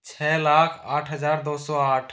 छः लाख आठ हजार दो सौ आठ